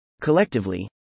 Collectively